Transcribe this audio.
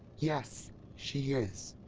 yes she is,